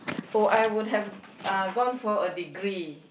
oh I would have uh gone for a degree